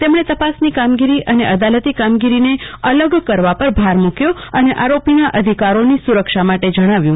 તેમણે તપાસની કામગીરી અને અદાલતી કામગીરાને અલગ કરવા પર ભાર મુક્યો અને આરોપીના અિધકારો ની સુરક્ષા માટે જણાવ્યુ